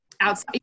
outside